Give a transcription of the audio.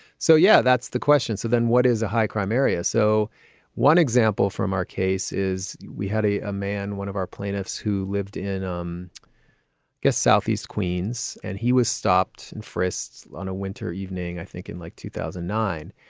so, yeah, that's the question. so then what is a high crime area? so one example from our case is we had a a man, one of our plaintiffs who lived in, i um guess, southeast queens. and he was stopped and frisked on a winter evening. i think in like two thousand and nine.